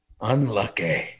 Unlucky